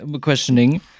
questioning